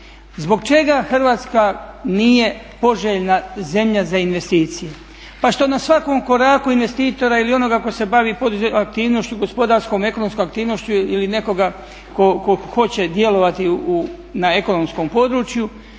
Zbog čega Hrvatska nije poželjna zemlja za investicije?